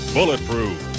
Bulletproof